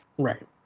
Right